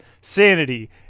Sanity